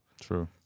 True